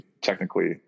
technically